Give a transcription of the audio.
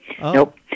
Nope